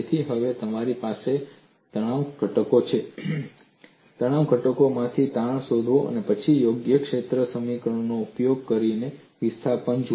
તેથી હવે તમારી પાસે તણાવ ઘટકો છે તણાવ ઘટકોમાંથી તાણ શોધો પછી યોગ્ય ક્ષેત્ર સમીકરણોનો ઉપયોગ કરીને વિસ્થાપન